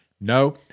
No